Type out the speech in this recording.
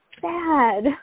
sad